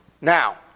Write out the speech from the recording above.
Now